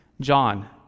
John